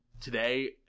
today